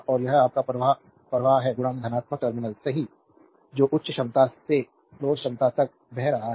और यह आपका प्रवाह प्रवाह है धनात्मक टर्मिनल सही जो उच्च क्षमता से लोर क्षमता तक बह रहा है